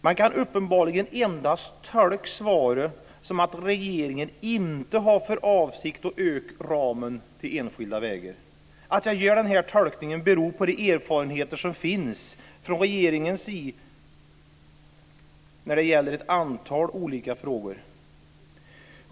Man kan uppenbarligen endast tolka svaret som att regeringen inte har för avsikt att öka ramen till enskilda vägar. Jag gör denna tolkning beroende på de erfarenheter som finns från regeringens sida när det gäller ett antal olika frågor.